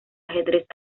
ajedrez